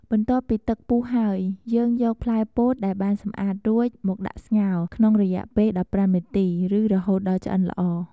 បន្ទាប់ពីទឹកពុះហើយ យើងយកផ្លែពោតដែលបានសម្អាតរួចមកដាក់ស្ងោរ ក្នុងរយៈពេល១៥នាទី ឬរហូតដល់ឆ្អិនល្អ។